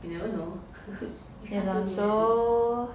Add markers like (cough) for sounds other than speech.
you never know (laughs) 他是牧师